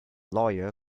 lawyer